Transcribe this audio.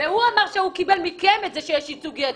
והוא אמר שהוא קיבל מכם את זה שיש ייצוג יתר,